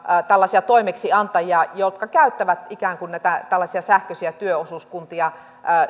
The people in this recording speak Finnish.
tällaisia toimeksiantajia jotka käyttävät näitä tällaisia sähköisiä työosuuskuntia